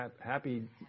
Happy